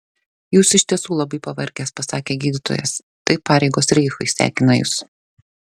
jūs iš tiesų labai pavargęs pasakė gydytojas tai pareigos reichui sekina jus